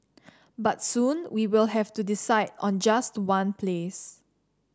but soon we will have to decide on just one place